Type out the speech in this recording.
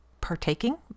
partaking